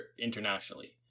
internationally